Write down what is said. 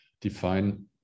define